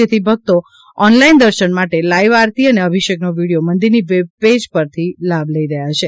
જેથી ભક્તો ઓનલાઇન દર્શન માટે લાઇવ આરતી અને અભિષેકનો વિડીયો મંદિરની વેબપેજ પરથી લાભ લઇ રહ્યા છે